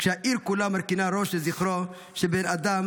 כשהעיר כולה מרכינה ראש לזכרו של בן אדם